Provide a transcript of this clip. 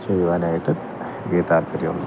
ചെയ്യുവാനായിട്ട് എനിക്ക് താല്പര്യമുണ്ട്